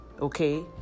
okay